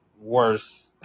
worse